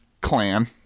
clan